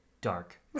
dark